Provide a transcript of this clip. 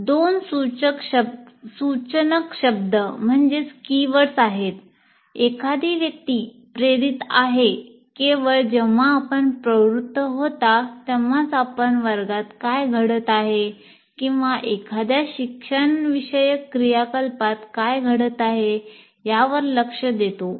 दोन सूचनक शब्द आहेत एखादी व्यक्ती प्रेरित आहे केवळ जेव्हा आपण प्रवृत्त होता तेव्हाच आपण वर्गात काय घडत आहे किंवा एखाद्या शिक्षणविषयक क्रियाकलापात काय घडत आहे यावर लक्ष देतो